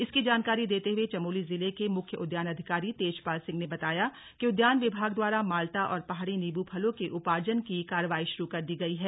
इसकी जानकारी देते हुए चमोली जिले के मुख्य उद्यान अधिकारी तेजपाल सिंह ने बताया कि उद्यान विभाग द्वारा माल्टा और पहाड़ी नींबू फलों के उपार्जन की कार्यवाही शुरू कर दी गई है